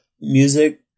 music